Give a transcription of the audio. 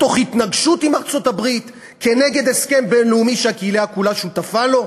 תוך התנגשות עם ארצות-הברית כנגד הסכם בין-לאומי שהקהילה כולה שותפה לו?